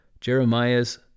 Jeremiah's